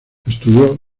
estudió